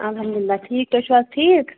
الحمدُاللہ ٹھیٖک تُہۍ چھُو حظ ٹھیٖک